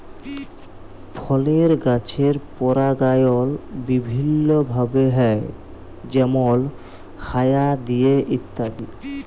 ফলের গাছের পরাগায়ল বিভিল্য ভাবে হ্যয় যেমল হায়া দিয়ে ইত্যাদি